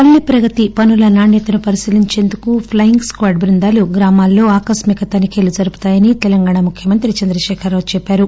పల్లె ప్రగతి పనుల నాణ్యతను పరిశీలించేందుకు ప్లయింగ్ స్క్యాడ్ బృందాలు గ్రామాల్లో ఆకస్మిక తనిఖీలు జరుపుతాయని తెలంగాణ ముఖ్యమంత్రి చంద్రశేఖరరావు చెప్పారు